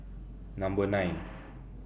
Number nine